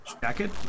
jacket